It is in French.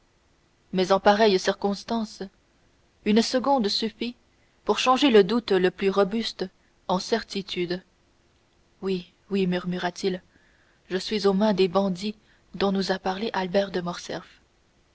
mais en pareille circonstance une seconde suffit pour changer le doute le plus robuste en certitude oui oui murmura-t-il je suis aux mains des bandits dont nous a parlé albert de